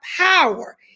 power